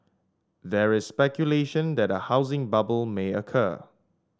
there is speculation that a housing bubble may occur